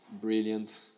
brilliant